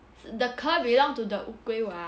the 壳 belong to the 乌龟 [what]